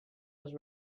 was